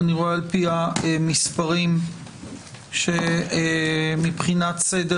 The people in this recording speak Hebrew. אני רואה על פי המספרים שמבחינת סדר